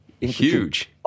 Huge